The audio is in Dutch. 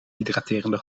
hydraterende